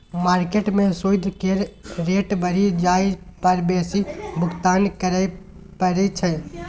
market में सूइद केर रेट बढ़ि जाइ पर बेसी भुगतान करइ पड़इ छै